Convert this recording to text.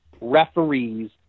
referees